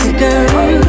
girl